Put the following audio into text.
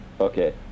Okay